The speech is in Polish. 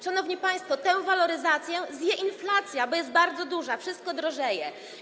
Szanowni państwo, tę waloryzację zje inflacja, bo jest bardzo wysoka, wszystko drożeje.